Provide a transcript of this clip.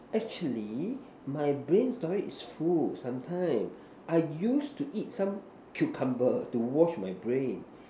actually my brain storage is full sometimes I used to eat some cucumber to wash my brain